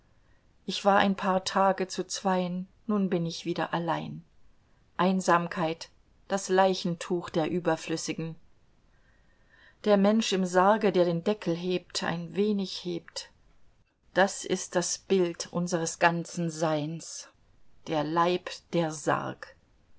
ich war ein paar tage zu zweien nun bin ich wieder allein einsamkeit das leichentuch der überflüssigen der mensch im sarge der den deckel hebt ein wenig hebt das ist das bild unseres ganzen seins der leib der sarg